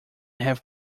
have